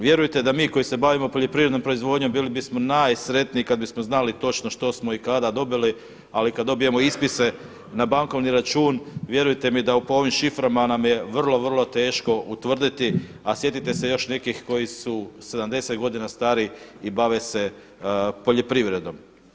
Vjerujte da mi koji se bavimo poljoprivrednom proizvodnjom bili bismo najsretniji kada bismo znali točno što smo i kada dobili ali kada dobijemo ispise na bankovni račun vjerujte mi da po ovim šiframa nam je vrlo, vrlo teško utvrditi a sjetite se još nekih koji su 70 godina stari i bave se poljoprivredom.